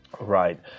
Right